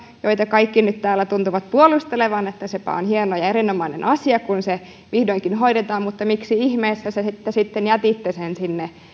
joita kaikki nyt täällä tuntuvat puolustelevan että sepä on hieno ja erinomainen asia kun se vihdoinkin hoidetaan mutta miksi ihmeessä te sitten jätitte sen sinne